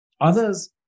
Others